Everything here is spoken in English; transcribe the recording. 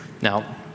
Now